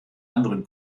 anderen